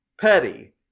petty